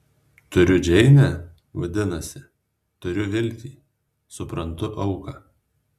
turiu džeinę vadinasi turiu viltį suprantu auką